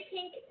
Pink